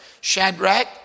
Shadrach